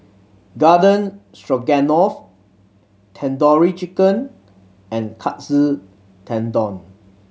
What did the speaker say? Garden Stroganoff Tandoori Chicken and Katsu Tendon